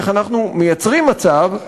איך אנחנו מייצרים מצב,